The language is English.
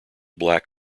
black